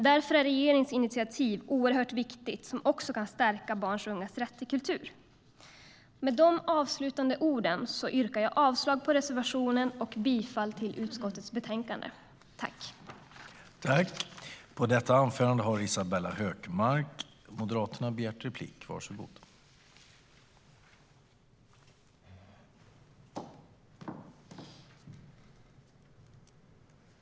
Därför är regeringens initiativ oerhört viktigt för att stärka barns och ungas rätt till kultur.